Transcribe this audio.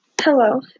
Hello